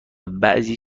بعضی